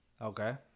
Okay